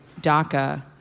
DACA